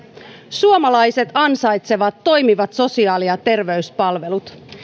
suomalaiset ansaitsevat toimivat sosiaali ja terveyspalvelut